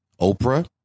Oprah